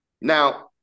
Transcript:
Now